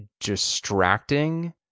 distracting